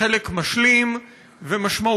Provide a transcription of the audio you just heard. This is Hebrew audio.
חלק משלים ומשמעותי.